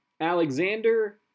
Alexander